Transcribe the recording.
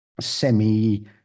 semi